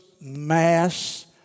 mass